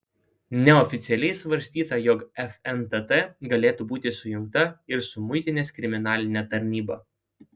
neoficialiai svarstyta jog fntt galėtų būti sujungta ir su muitinės kriminaline tarnyba